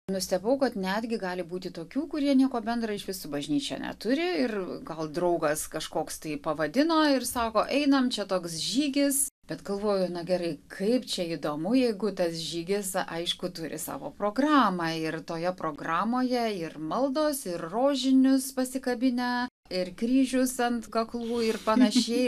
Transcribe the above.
nustebau kad netgi gali būti tokių kurie nieko bendra išvis su bažnyčia neturi ir gal draugas kažkoks tai pavadino ir sako einam čia toks žygis bet galvoju na gerai kaip čia įdomu jeigu tas žygis aišku turi savo programą ir toje programoje ir maldos ir rožinius pasikabinę ir kryžius ant kaklų ir panašiai